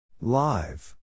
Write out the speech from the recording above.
Live